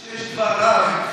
אמרו לי שיש דבר רב.